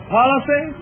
policy